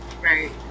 right